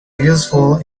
useful